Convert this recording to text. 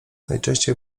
najczęściej